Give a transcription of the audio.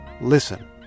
Listen